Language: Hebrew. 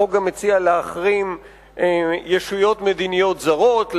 החוק גם מציע להחרים ישויות מדיניות זרות,